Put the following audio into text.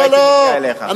הייתי בא אליך.